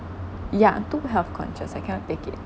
yeah too health conscious I cannot take it